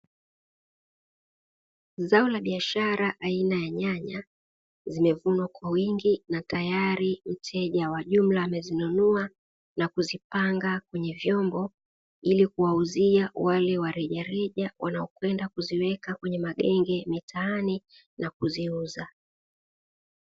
Zao la biashara, aina ya nyanya zimevunwa kwa wingi na tayari mteja wa jumla amezinunua na kuzipanga kwenye vyombo ili kuwauzia wale warejareja wanaopenda kuziweka kwenye magenge mitaani na kuziuza.